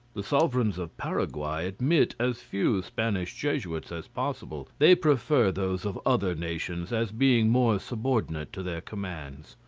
the sovereigns of paraguay admit as few spanish jesuits as possible they prefer those of other nations as being more subordinate to their commands.